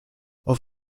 auf